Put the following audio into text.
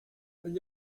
negli